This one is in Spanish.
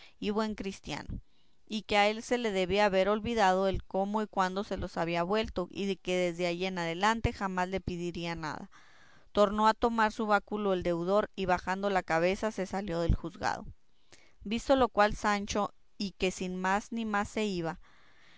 y buen cristiano y que a él se le debía de haber olvidado el cómo y cuándo se los había vuelto y que desde allí en adelante jamás le pidiría nada tornó a tomar su báculo el deudor y bajando la cabeza se salió del juzgado visto lo cual sancho y que sin más ni más se iba